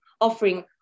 offering